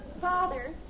Father